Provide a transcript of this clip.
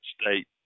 State